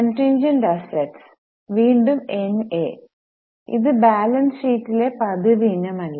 contingent assets വീണ്ടും NA ഇത് balance ഷീറ്റിലെ പതിവ് ഇനമല്ല